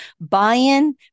buy-in